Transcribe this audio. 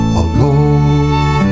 alone